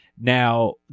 now